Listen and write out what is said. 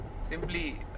Simply